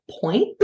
point